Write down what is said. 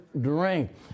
drink